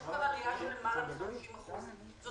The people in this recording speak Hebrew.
יש עלייה של למעלה מ-50% בלקיחת הלוואות בשוק האפור.